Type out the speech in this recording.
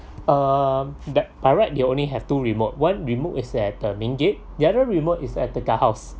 um that by right they only have two remote one remote is at the main gate the other remote is at the guardhouse